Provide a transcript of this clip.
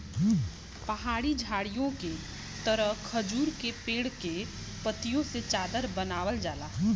पहाड़ी झाड़ीओ के तरह खजूर के पेड़ के पत्तियों से चादर बनावल जाला